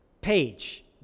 page